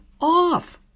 off